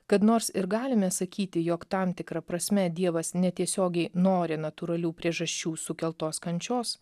kad nors ir galime sakyti jog tam tikra prasme dievas netiesiogiai nori natūralių priežasčių sukeltos kančios